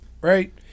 Right